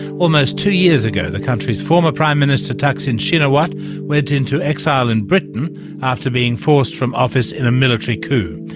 almost two years ago the country's former prime minister thaksin shinawatra went into exile in britain after being forced from office in a military coup.